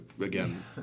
Again